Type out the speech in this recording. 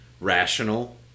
rational